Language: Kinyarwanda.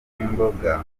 n’imboga